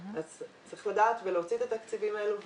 צריך לדעת להוציא את התקציבים האלו,